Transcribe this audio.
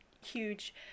huge